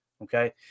Okay